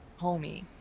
Homie